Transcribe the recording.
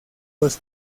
los